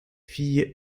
fille